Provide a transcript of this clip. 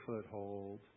foothold